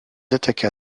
attaqua